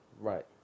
Right